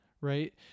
right